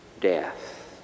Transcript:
death